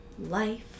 life